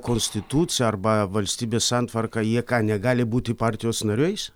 konstitucija arba valstybės santvarka jie ką negali būti partijos nariais